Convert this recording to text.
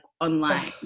online